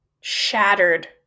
shattered